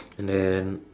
and then